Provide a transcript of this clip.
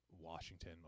Washington